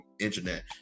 internet